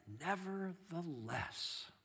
nevertheless